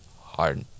Hard